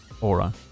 aura